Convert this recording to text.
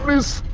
has